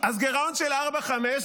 גירעון של 4.5,